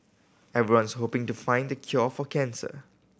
everyone's hoping to find the cure for cancer